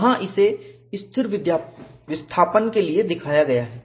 यहां इसे स्थिर विस्थापन के लिए दिखाया गया है